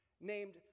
named